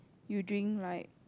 you drink like